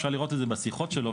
אפשר לראות את זה בשיחות שלו,